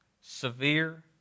severe